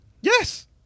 Yes